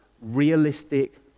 realistic